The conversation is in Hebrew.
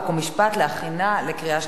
חוק ומשפט נתקבלה.